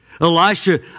Elisha